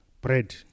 bread